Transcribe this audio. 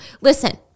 Listen